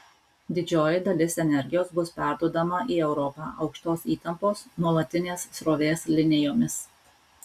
didžioji dalis energijos bus perduodama į europą aukštos įtampos nuolatinės srovės linijomis